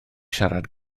siarad